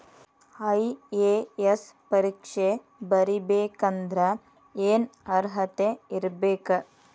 IAS ಪರೇಕ್ಷೆ ಬರಿಬೆಕಂದ್ರ ಏನ್ ಅರ್ಹತೆ ಇರ್ಬೇಕ?